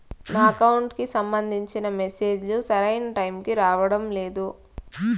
నా అకౌంట్ కు సంబంధించిన మెసేజ్ లు సరైన టైము కి రావడం లేదు